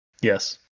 Yes